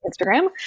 Instagram